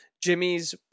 Jimmy's